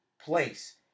place